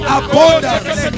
abundance